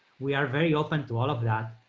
we are very open to all of that